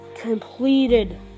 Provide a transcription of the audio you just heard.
completed